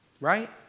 Right